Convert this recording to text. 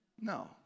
No